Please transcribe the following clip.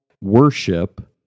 worship